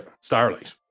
Starlight